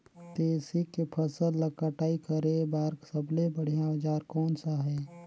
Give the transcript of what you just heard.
तेसी के फसल ला कटाई करे बार सबले बढ़िया औजार कोन सा हे?